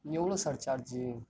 எவ்வளோ sir charge